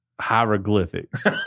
hieroglyphics